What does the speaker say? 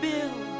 Bill